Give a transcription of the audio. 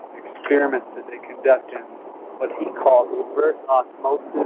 experiments that they conduct in what he called reverse ah